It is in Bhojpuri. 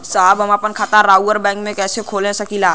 साहब हम आपन खाता राउर बैंक में कैसे खोलवा सकीला?